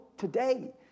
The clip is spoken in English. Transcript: Today